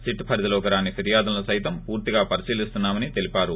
SIT పరిధిలోకి రాని ఫిర్వాదులను సహితం పూర్తిగా పరిశీలిస్తున్నా మని తెలిపారు